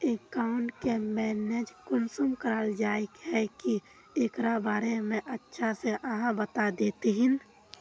Account के manage कुंसम कराल जाय है की एकरा बारे में अच्छा से आहाँ बता देतहिन?